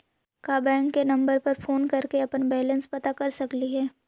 का बैंक के नंबर पर फोन कर के अपन बैलेंस पता कर सकली हे?